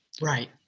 Right